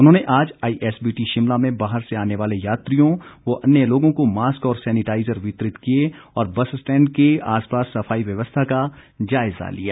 उन्होंने आज आईएसबीटी शिमला में बाहर से आने वाले यात्रियों व अन्य लोगों को मास्क और सैनिटाईजर वितरित किए और बसस्टैंड के आसपास सफाई व्यवस्था का जायजा लिया